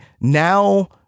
now